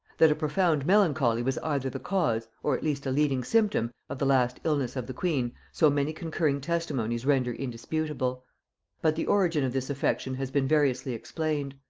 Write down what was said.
that a profound melancholy was either the cause, or at least a leading symptom, of the last illness of the queen, so many concurring testimonies render indisputable but the origin of this affection has been variously explained.